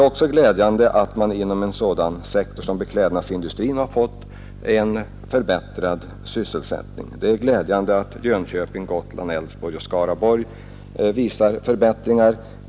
I och för sig är det glädjande att en sådan sektor som beklädnadsindustrin har fått en förbättrad sysselsättning. Det är glädjande att Jönköpings, Gotlands, Älvsborgs och Skaraborgs län visar förbättringar.